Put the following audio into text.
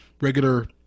regular